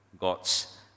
God's